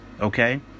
Okay